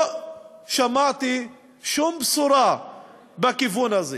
לא שמעתי שום בשורה בכיוון הזה.